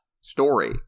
Story